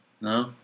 No